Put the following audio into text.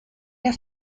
der